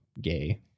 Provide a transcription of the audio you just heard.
gay